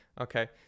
okay